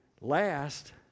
last